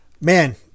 man